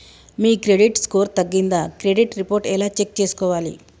మీ credit score తగ్గిందా credit report ఎలా check చేసుకోవాలి?